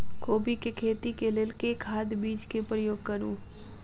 कोबी केँ खेती केँ लेल केँ खाद, बीज केँ प्रयोग करू?